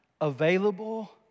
available